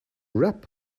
rap